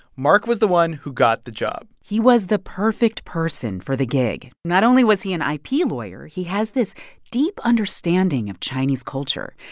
mark was the one who got the job he was the perfect person for the gig. not only was he an ip lawyer, he has this deep understanding of chinese culture.